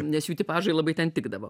nes jų tipažai labai ten tikdavo